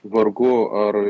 vargu ar